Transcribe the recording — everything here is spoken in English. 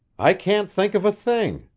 i can't think of a thing,